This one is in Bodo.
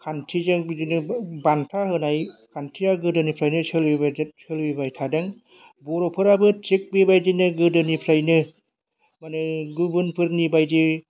खान्थिजों बिदिनो बान्था होनाय खान्थिया गोदोनिफ्रायनो सोलिबायबोबाय थादों बर'फोराबो थिग बेबायदिनो गोदोनिफ्रायनो माने गुबुनफोरनि बायदि